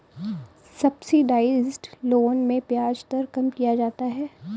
subsidised loan में ब्याज दर कम किया जाता है